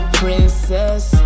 princess